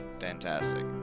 Fantastic